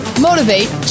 Motivate